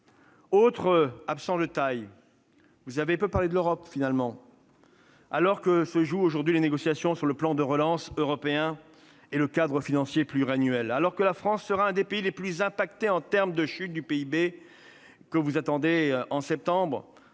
Autre absent de taille : vous avez peu parlé de l'Europe, finalement, tandis que se jouent aujourd'hui les négociations sur le plan de relance européen et le cadre financier pluriannuel. Alors que la France sera l'un des pays les plus touchés par la chute attendue de son PIB, pourquoi attendez-vous septembre